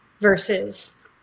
versus